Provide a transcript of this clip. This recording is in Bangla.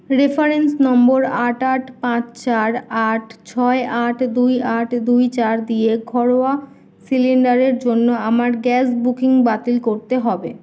রেফারেন্স নম্বর আট আট পাঁচ চার আট ছয় আট দুই আট দুই চার দিয়ে ঘরোয়া সিলিন্ডারের জন্য আমার গ্যাস বুকিং বাতিল করতে হবে